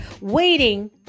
waiting